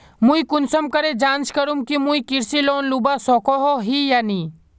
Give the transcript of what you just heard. मुई कुंसम करे जाँच करूम की मुई कृषि लोन लुबा सकोहो ही या नी?